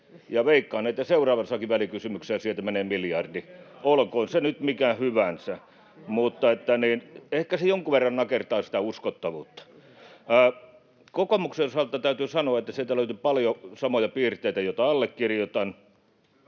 veikkaan, että seuraavassakin välikysymyksessä sieltä menee miljardi. Olkoon se nyt mikä hyvänsä, mutta ehkä se jonkun verran nakertaa sitä uskottavuutta. Kokoomuksen osalta täytyy sanoa, että sieltä löytyi paljon samoja piirteitä, joita allekirjoitan.